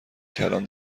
کلان